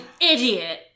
idiot